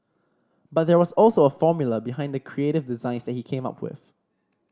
but there was also a formula behind the creative designs that he came up with